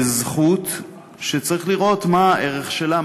זכות שצריך לראות מה הערך שלה,